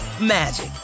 magic